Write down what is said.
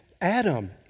Adam